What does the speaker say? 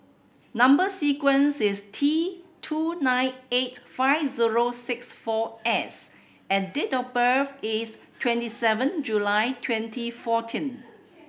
number sequence is T two nine eight five zero six four S and date of birth is twenty seven July twenty fourteen